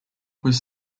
was